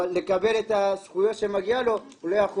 אבל לקבל את הזכויות שמגיעות לו הוא לא יכול.